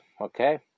Okay